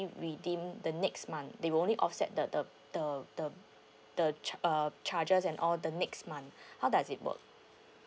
redeem the next month they will only offset the the the the the cha~ uh charges and all the next month how does it work